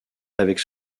avec